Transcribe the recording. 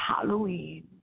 Halloween